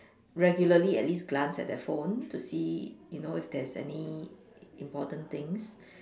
regularly at least glance at the phone to see you know if there is any important things